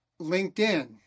LinkedIn